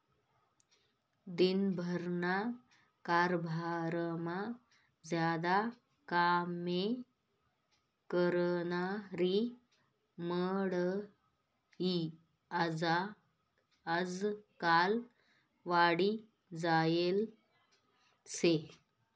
दिन भरना कारभारमा ज्यादा कामे करनारी मंडयी आजकाल वाढी जायेल शे